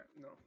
no